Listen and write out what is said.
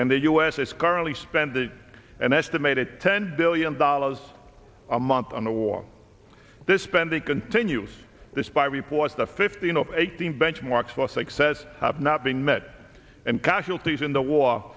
and the u s is currently spending an estimated ten billion dollars a month on the war this spending continues this by reports the fifteen of eighteen benchmarks for success have not been met and casualties in the war